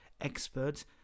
experts